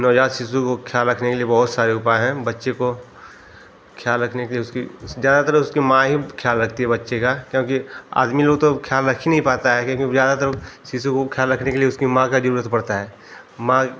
नवज़ात शिशु का ख़्याल रखने के लिए बहुत सारे उपाय हैं बच्चे का ख़्याल रखने के लिए उसकी ज़्यादातर उसकी माँ ही ख़्याल रखती है बच्चे का क्योंकि आदमी लोग तो अब ख़्याल रख ही नहीं पाता है क्योंकि वह ज़्यादातर शिशु का ख़्याल रखने के लिए उसकी माँ की जरूरत पड़ती है माँ